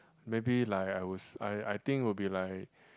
maybe like I was I I think will be like